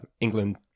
England